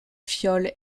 fiole